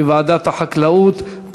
מוועדת החקלאות.